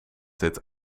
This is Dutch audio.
dit